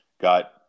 got